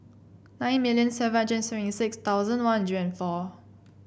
nine million seven hundred seventy six thousand One Hundred and four